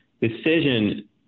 decision